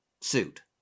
suit